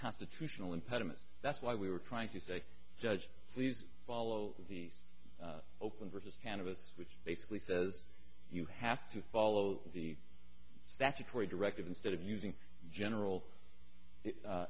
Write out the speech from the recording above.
constitutional impediment that's why we were trying to say judge please follow these open versus canvass which basically says you have to follow the statutory directive instead of using general